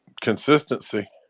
consistency